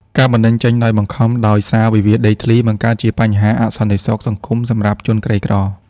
ការបណ្ដេញចេញដោយបង្ខំដោយសារវិវាទដីធ្លី បង្កើតជាបញ្ហាអសន្តិសុខសង្គមសម្រាប់ជនក្រីក្រ។